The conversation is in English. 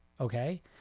Okay